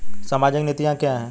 सामाजिक नीतियाँ क्या हैं?